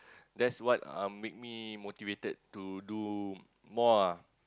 that's what um make me motivated to do more ah